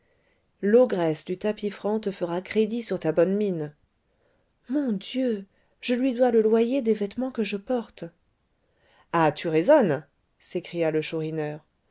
l'ogresse du tapis franc te fera crédit sur ta bonne mine mon dieu je lui dois le loyer des vêtements que je porte ah tu raisonnes s'écria le chourineur